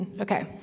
Okay